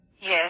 Yes